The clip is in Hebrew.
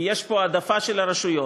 כי יש פה העדפה של הרשויות,